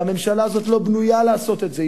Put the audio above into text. והממשלה הזאת לא בנויה לעשות את זה,